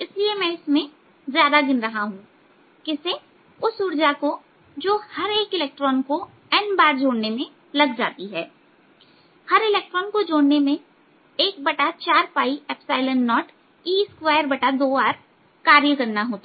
इसलिए मैं इसमें ज्यादा गिन रहा हूं उस उर्जा को जो हर एक इलेक्ट्रॉन को n बार में जोड़ने में लग जाती है हर इलेक्ट्रॉन को जोड़ने में140e22R कार्य करना होता है